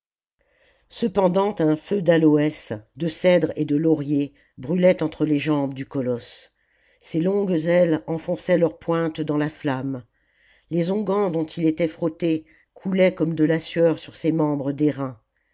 cependant un feu d'aloès de cèdre et de laurier brûlait entre les jambes du colosse ses longues ailes enfonçaient leur pointe dans la flamme les onguents dont il était frotté coulait comme de la sueur sur ses membres